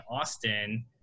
austin